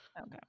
okay